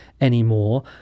anymore